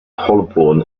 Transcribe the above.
holborn